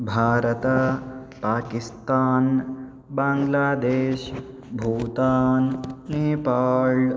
भारतं पाकिस्तान् बाङ्ग्लादेश् भूतान् नेपाळ्